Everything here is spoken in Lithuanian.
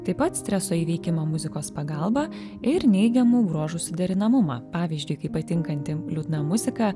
taip pat streso įveikimo muzikos pagalba ir neigiamų bruožų suderinamumą pavyzdžiui kai patinkanti liūdna muzika